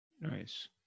nice